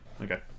Okay